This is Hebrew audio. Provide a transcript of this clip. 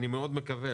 אני מאוד מקווה,